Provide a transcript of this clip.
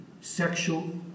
sexual